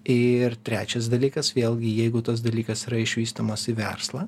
ir trečias dalykas vėlgi jeigu tas dalykas yra išvystomas į verslą